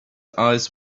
eyes